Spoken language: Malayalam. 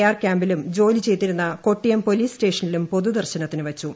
ആർ ക്യാമ്പിലും ജോലിചെയ്തിരുന്ന കൊട്ടിയം പോലീസ് സ്റ്റേഷനിലും പൊതുദർശനത്തിന് വച്ചു